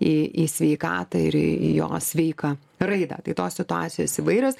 į į sveikatą ir į jo sveiką raidą tai tos situacijos įvairios